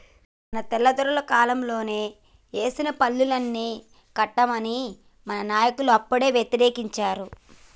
మన తెల్లదొరల కాలంలోనే ఏసిన పన్నుల్ని కట్టమని మన నాయకులు అప్పుడే యతిరేకించారు